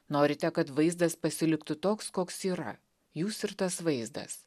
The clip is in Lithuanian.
norite kad vaizdas pasiliktų toks koks yra jūs ir tas vaizdas